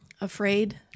afraid